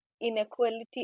inequality